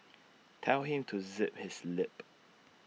tell him to zip his lip